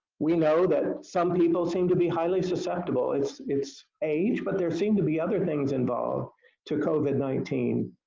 we know that some people seem to be highly susceptible it's it's age, but there seem to be other things involved to covid nineteen.